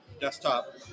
desktop